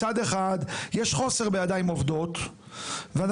מצד אחד יש חוסר בידיים עובדות ואנחנו